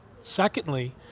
Secondly